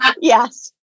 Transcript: yes